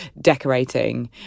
decorating